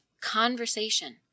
conversation